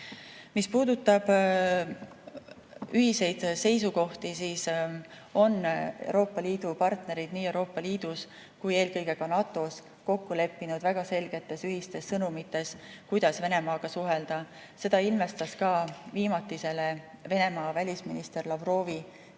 puudutab ühiseid seisukohti, siis Euroopa Liidu partnerid nii Euroopa Liidus kui ka eelkõige NATO‑s on kokku leppinud väga selgetes ühistes sõnumites, kuidas Venemaaga suhelda. Seda ilmestas ka viimatisele Venemaa välisministri Lavrovi kirjale